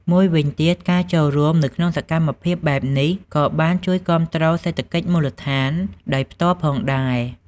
មួយវិញទៀត ការចូលរួមនៅក្នុងសកម្មភាពបែបនេះក៏បាន ជួយគាំទ្រសេដ្ឋកិច្ចមូលដ្ឋាន ដោយផ្ទាល់ផងដែរ។